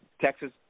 Texas